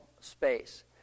space